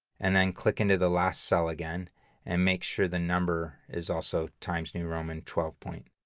and then click into the last cell again and make sure the number is also times new roman twelve point.